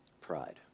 Pride